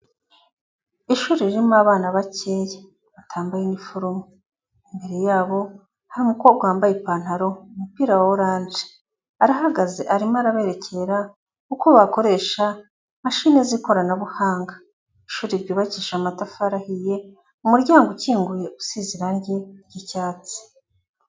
Ishuri ririmo abana bakeya batambaye iniforume, imbere yabo hari umukobwa wambaye ipantaro, umupira wa oranje, arahagaze arimo araberekera uko bakoresha mashini z'ikoranabuhanga, ishuri ryubakishije amatafari ahiye, umuryango ukinguye usize irangi ry'icyatsi.